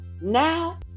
now